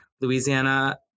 Louisiana